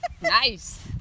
nice